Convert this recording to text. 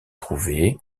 trouvé